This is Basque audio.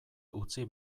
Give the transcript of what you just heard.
utzi